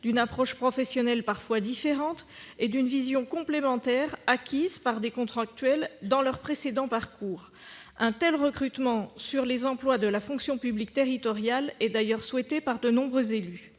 d'une approche professionnelle parfois différente et d'une vision complémentaire que des contractuels ont pu acquérir dans leur parcours. Un tel recrutement sur les emplois de la fonction publique territoriale est d'ailleurs souhaité par de nombreux élus.